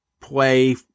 play